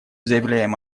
заявляем